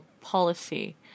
policy